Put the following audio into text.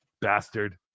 bastard